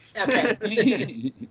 Okay